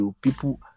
people